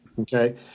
Okay